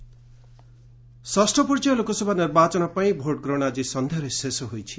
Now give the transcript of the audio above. polling ଷଷ୍ଠ ପର୍ଯ୍ୟାୟ ଲୋକସଭା ନିର୍ବାଚନ ପାଇଁ ଭୋଟ୍ଗ୍ରହଣ ଆଜି ସନ୍ଧ୍ୟାରେ ଶେଷ ହୋଇଛି